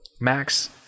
Max